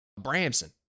Bramson